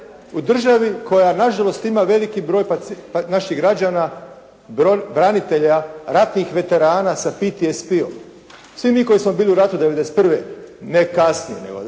u državi koja nažalost ima veliki broj naših građana, branitelja, ratnih veterana sa PTSP-om. Svi mi koji smo bili u ratu '91., ne kasnije nego '91.